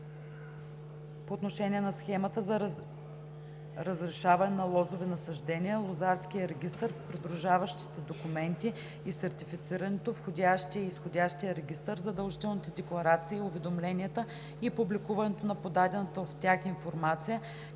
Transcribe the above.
по отношение на схемата за разрешаване на лозови насаждения, лозарския регистър, придружаващите документи и сертифицирането, входящия и изходящ регистър, задължителните декларации, уведомленията и публикуването на подадената в тях информация,